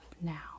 now